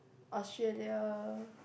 Australia